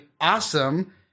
awesome